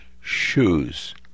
shoes